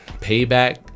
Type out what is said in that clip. payback